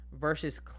versus